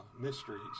mysteries